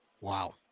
Wow